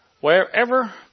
Wherever